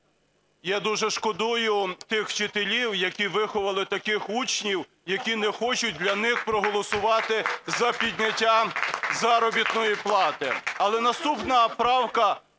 Я дуже шкодую тих вчителів, які виховали таких учнів, які не хочуть для них проголосувати за підняття заробітної плати.